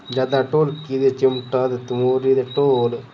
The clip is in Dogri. जैदातर ढोलकी चे चिमटा ते तमूरी ते ढोल